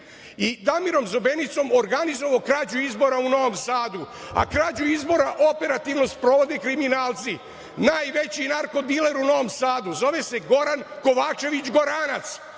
i Damirom Zobenicom organizovao krađu izbora u Novom Sadu, a krađu izbora operativno sprovode kriminalci, najveći narko diler u Novom Sadu, zove se Goran Kovačević Goranac.